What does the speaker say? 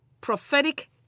prophetic